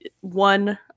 one